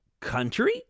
country